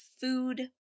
food